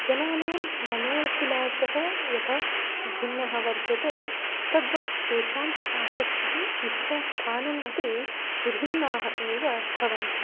जनानां मनोभिलाषः यथा भिन्नः वर्तते तद्वत् तेषाम् आसक्तिः इच्छास्थानमपि विभिन्नाः एव भवन्ति